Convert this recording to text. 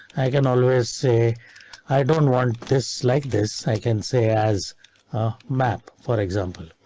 i can always say i don't want this like this. i can say as map for example.